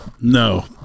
no